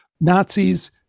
nazis